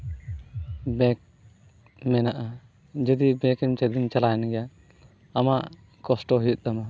ᱵᱮᱠ ᱢᱮᱱᱟᱜᱼᱟ ᱡᱩᱫᱤ ᱵᱮᱠᱮᱢ ᱪᱟᱞᱟᱣᱮᱱ ᱜᱮᱭᱟ ᱟᱢᱟᱜ ᱠᱚᱥᱴᱚ ᱦᱩᱭᱩᱜ ᱛᱟᱢᱟ